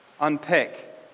unpick